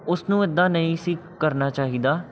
ਉਸਨੂੰ ਇੱਦਾਂ ਨਹੀਂ ਸੀ ਕਰਨਾ ਚਾਹੀਦਾ